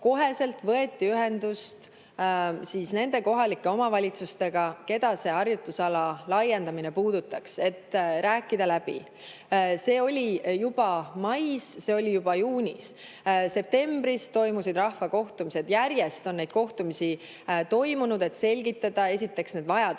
laiendada, võeti ühendust nende kohalike omavalitsustega, keda harjutusala laiendamine puudutaks, et see läbi rääkida. See oli juba mais, see oli juba juunis. Septembris toimusid rahvaga kohtumised. Järjest on neid kohtumisi toimunud, et selgitada esiteks neid vajadusi